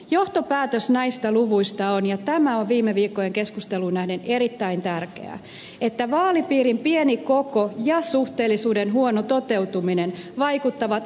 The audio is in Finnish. johtopäätös näistä luvuista on ja tämä on viime viikkojen keskusteluun nähden erittäin tärkeää että vaalipiirin pieni koko ja suhteellisuuden huono toteutuminen vaikuttavat alentavasti äänestysaktiivisuuteen